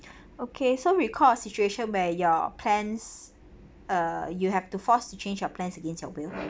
okay so recall a situation where your plans uh you have to force to change your plans against your will